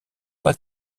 pas